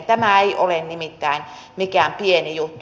tämä ei ole nimittäin mikään pieni juttu